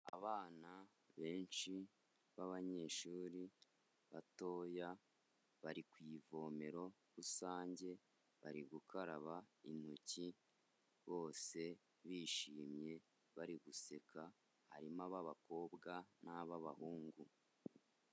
Abana benshi b'abanyeshuri batoya, bari ku ivomero rusange, bari gukaraba intoki bose bishimye bari guseka, harimo ab'abakobwa n'ab'abahungu.